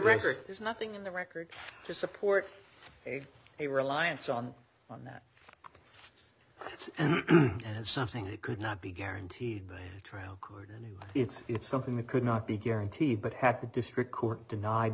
record there's nothing in the record to support a reliance on on that yes and as something that could not be guaranteed trial court and it's it's something that could not be guaranteed but had the district court denied